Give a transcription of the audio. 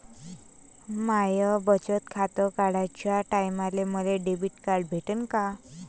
माय बचत खातं काढाच्या टायमाले मले डेबिट कार्ड भेटन का?